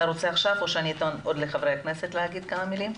אתה רוצה עכשיו או שאני אתן עוד לחברי הכנסת להגיד כמה מילים?